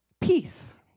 peace